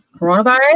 coronavirus